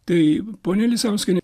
tai ponia lisauskienė